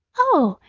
oh!